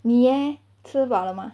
你 leh 吃饱了吗